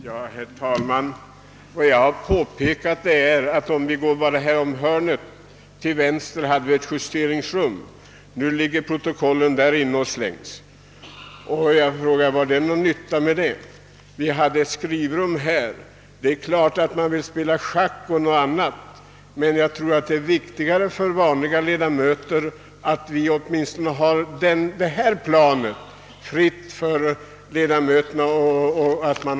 Herr talman! Vad jag har påpekat är att det fanns ett justeringsrum just om hörnet till vänster när man går ut från plenisalen till trapphallen. Nu ligger protokollen och slänger inne i skrivrummet vid postkontoret. Var det någon nytta med den ändringen? Vi hade också ett skrivrum intill plenisalen. Det är klart att många vill spela schack och annat, men jag tror att det är viktigare att åtminstone det här våningsplanet står fritt till ledamöternas disposition.